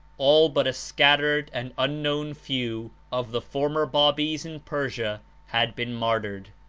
all but a scattered and unknown few of the former babis in persia had been martyred.